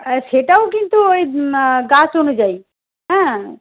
আর সেটাও কিন্তু ওই গাছ অনুযায়ী হ্যাঁ